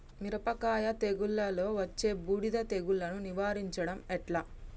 మిరపకాయ తెగుళ్లలో వచ్చే బూడిది తెగుళ్లను నివారించడం ఎట్లా?